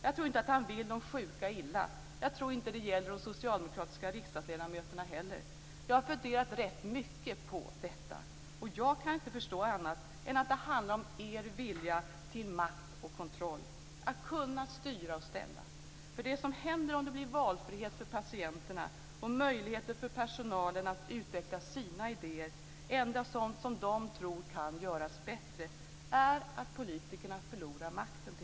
Jag tror inte att han vill de sjuka illa. Jag tror inte att det gäller de socialdemokratiska riksdagsledamöterna heller. Jag har funderat rätt mycket på detta. Jag kan inte förstå annat än att det handlar om er vilja till makt och kontroll, att kunna styra och ställa. Det som händer om det blir valfrihet för patienterna och möjligheter för personalen att utveckla sina idéer, ändra sådant de tror kan göras bättre, är att politikerna förlorar makten.